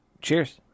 Cheers